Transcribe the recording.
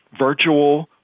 virtual